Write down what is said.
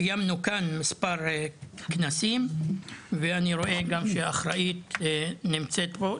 קיימנו כאן מספר כנסים ואני רואה גם שהאחראית נמצאת פה,